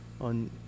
on